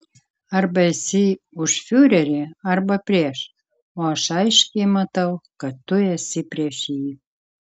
arba esi už fiurerį arba prieš o aš aiškiai matau kad tu esi prieš jį